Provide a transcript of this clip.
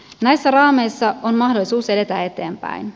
näissä raameissa on mahdollisuus edetä eteenpäin